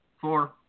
Four